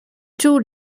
two